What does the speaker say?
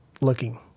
looking